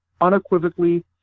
Unequivocally